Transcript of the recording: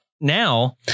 now